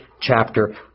chapter